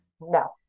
No